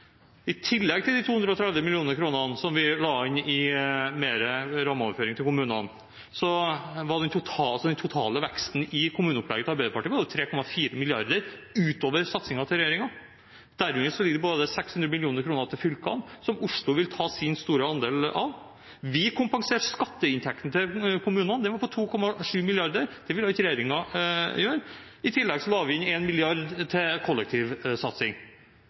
I tillegg til de 230 mill. kr som vi la inn ekstra i rammeoverføringer til kommunene, var den totale veksten i kommuneopplegget til Arbeiderpartiet på 3,4 mrd. kr utover satsingen til regjeringen. Derunder ligger det 600 mill. kr til fylkene, som Oslo vil ta sin store andel av. Vi kompenserte skatteinntekten til kommunene, den var på 2,7 mrd. kr. Det ville ikke regjeringen gjøre. I tillegg la vi inn 1 mrd. kr til kollektivsatsing.